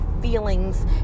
feelings